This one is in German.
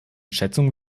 schätzungen